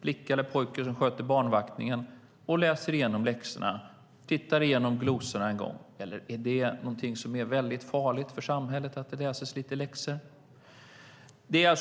flicka eller pojke som sköter barnpassningen kommer hem till familjen, läser igenom läxorna, tittar igenom glosorna? Är det någonting farligt för samhället att det läses lite läxor?